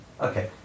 okay